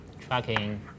tracking